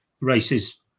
races